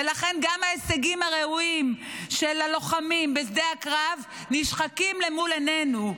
ולכן גם ההישגים הראויים של הלוחמים בשדה הקרב נשחקים למול עינינו.